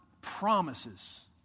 promises